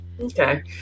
Okay